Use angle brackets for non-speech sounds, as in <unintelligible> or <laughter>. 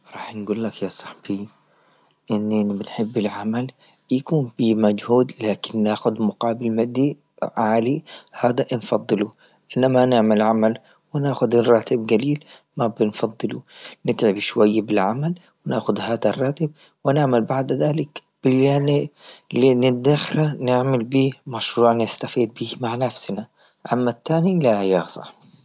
راح نقول لك يا صاحبي إننا بنحب العمل إيكون بمجهود لكن ناخذ مقابل مادي عالي هذا نفضله، إنما نعمل عمل وناخد الراتب قليل ما بنفضله، نتعب شوي بالعمل وناخد هذ الراتب ونعمل بعد ذلك <unintelligible> اللي ندخل نعمل بيه مشروع نستفيد بيه مع نفسنا، أما ثاني لا يا صاحبي.